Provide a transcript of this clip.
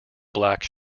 black